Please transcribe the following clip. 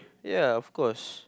ya of course